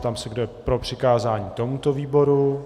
Ptám se, kdo je pro přikázání tomuto výboru.